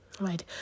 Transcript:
Right